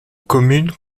commune